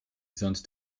sonst